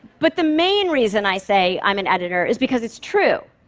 but the main reason i say i'm an editor is because it's true.